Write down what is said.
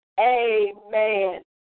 Amen